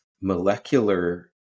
molecular